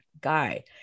guy